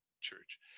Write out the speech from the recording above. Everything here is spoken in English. Church